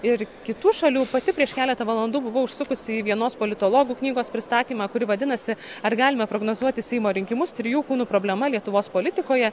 ir kitų šalių pati prieš keletą valandų buvau užsukusi į vienos politologų knygos pristatymą kuri vadinasi ar galime prognozuoti seimo rinkimus trijų kūnų problema lietuvos politikoje